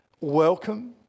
welcome